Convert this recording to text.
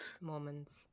moments